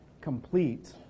complete